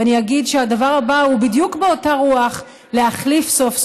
ואני אגיד שהדבר הבא הוא בדיוק באותה רוח: סוף-סוף,